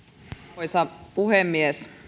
arvoisa puhemies